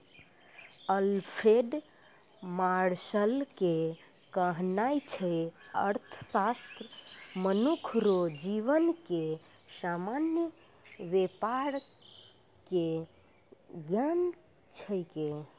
Alfred Marshall के कहनाय छै अर्थशास्त्र मनुख रो जीवन के सामान्य वेपार के ज्ञान छिकै